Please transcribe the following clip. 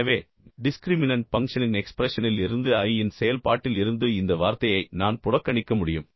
எனவே டிஸ்க்ரிமினன்ட் பங்க்ஷனின் எக்ஸ்பிரஷனிலிருந்து i இன் செயல்பாட்டிலிருந்து இந்த வார்த்தையை நான் புறக்கணிக்க முடியும்